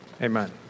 amen